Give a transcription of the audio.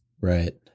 Right